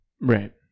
Right